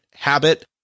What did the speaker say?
Habit